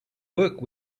work